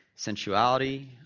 sensuality